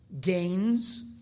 gains